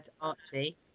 Archie